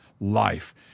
life